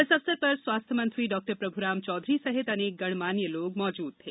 इस अवसर पर स्वास्थ्य मंत्री डॉ प्रभुराम चौधरी सहित अनेक गणमान्य लोग मौजूद थे